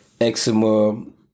eczema